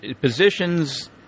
positions